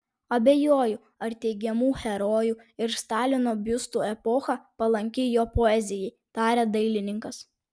abejoju ar teigiamų herojų ir stalino biustų epocha palanki jo poezijai tarė dailininkas